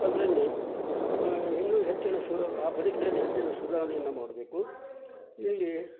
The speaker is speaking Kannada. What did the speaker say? ಅದರಲ್ಲಿ ಇನ್ನು ಹೆಚ್ಚಿನ ಸು ಆ ಬದುಕಿನಲ್ಲಿ ಹೆಚ್ಚಿನ ಸುಧಾರಣೆಯನ್ನು ಮಾಡಬೇಕು ಇಲ್ಲಿ